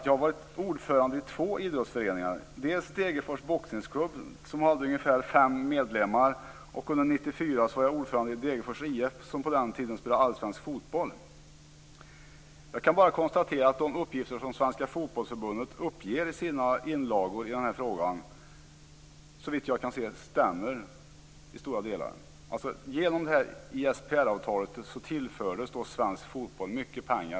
Jag har varit ordförande i två idrottsföreningar, dels för Degerfors boxningsklubb som hade fem medlemmar, dels för Degerfors IF som på den tiden - Svenska Fotbollförbundet anför i sina inlagor stämmer i stora delar, såvitt jag kan se. Genom ISPR-avtalet tillfördes svensk fotboll mycket pengar.